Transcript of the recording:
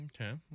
Okay